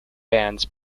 bands